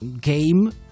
game